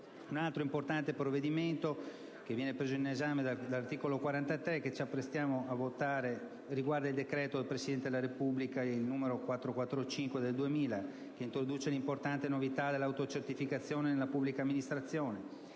Un altro importante provvedimento che viene preso in esame dall'articolo 43 riguarda il decreto del Presidente della Repubblica n. 445 del 28 dicembre 2000, che introduce l'importante novità della autocertificazione nella pubblica amministrazione.